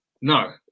No